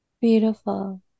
beautiful